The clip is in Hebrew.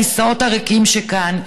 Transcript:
הכיסאות הריקים שכאן,